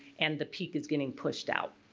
and the peak is getting pushed out.